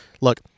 look